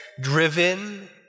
driven